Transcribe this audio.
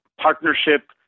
partnership